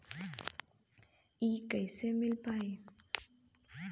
इ कईसे मिल पाई?